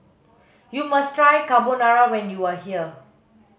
you must try Carbonara when you are here